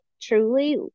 truly